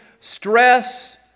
stress